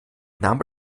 name